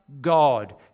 God